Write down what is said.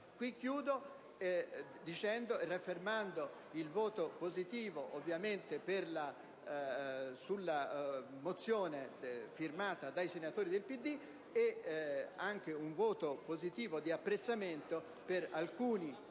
Concludo quindi confermando il voto positivo sulla mozione firmata dai senatori del PD ed anche un voto positivo di apprezzamento per alcuni